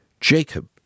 Jacob